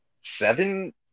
seven